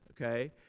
okay